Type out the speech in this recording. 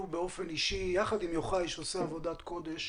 באופן אישי יחד עם יוחאי שעושה עבודת קודש.